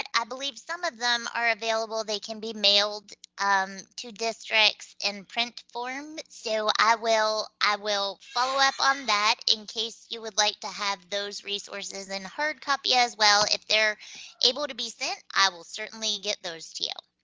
i believe some of them are available, they can be mailed um to districts in print form. so i will i will follow up on that in case you would like to have those resources in hard copy as well. if they're able to be sent, i will certainly get those to you.